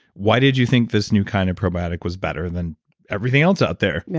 why did you think this new kind of probiotic was better than everything else out there? yeah